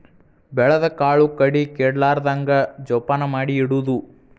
ಬೆಳದ ಕಾಳು ಕಡಿ ಕೆಡಲಾರ್ದಂಗ ಜೋಪಾನ ಮಾಡಿ ಇಡುದು